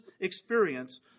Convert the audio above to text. experience